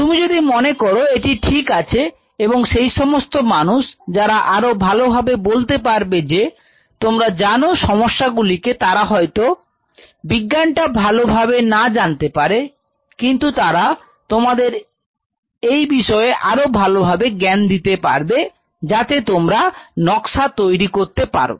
তুমি যদি মনে করো এটি ঠিক আছে এবং সেই সমস্ত মানুষ যারা আরো ভালোভাবে বলতে পারবে যে তোমরা জানো সমস্যাগুলিকে তারা হয়তো বিজ্ঞান টা ভালোভাবে না জানতে পারে কিন্তু তারা তোমাদের এই বিষয়ে আরো ভালোভাবে জ্ঞান দিতে পারবে যাতে তোমরা নকশা তৈরি করতে পারো